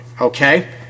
okay